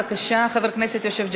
בבקשה, חבר הכנסת יוסף ג'בארין.